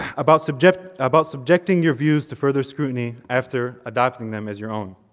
about subjecting about subjecting your views to further scrutiny after adopting them as your own.